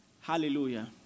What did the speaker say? hallelujah